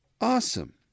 awesome